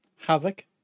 Havoc